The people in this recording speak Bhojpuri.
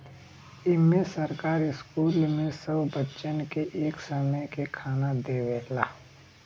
इम्मे सरकार स्कूल मे सब बच्चन के एक समय के खाना देवला